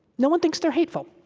no one thinks they're hateful.